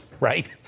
right